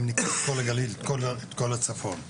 כל הצפון,